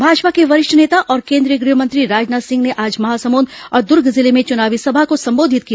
भाजपा के वरिष्ठ नेता और केंद्रीय गृहमंत्री राजनाथ सिंह ने आज महासमुंद और दुर्ग जिले में चुनावी सभा को संबोधित किया